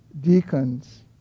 deacons